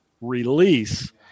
release